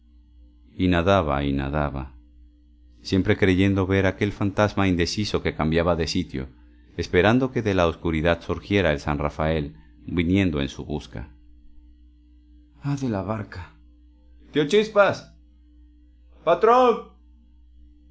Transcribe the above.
y nadaba y nadaba siempre creyendo ver aquel fantasma indeciso que cambiaba de sitio esperando que de la oscuridad surgiera el san rafael viniendo en su busca ah de la barca tío chispas patrón